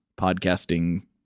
podcasting